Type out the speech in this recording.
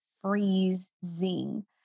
freezing